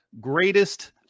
greatest